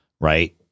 right